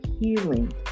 healing